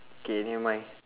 K never mind